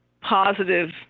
positive